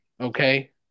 okay